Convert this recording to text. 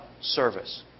service